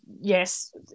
yes